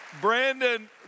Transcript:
Brandon